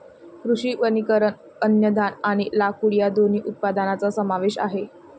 कृषी वनीकरण अन्नधान्य आणि लाकूड या दोन्ही उत्पादनांचा समावेश आहे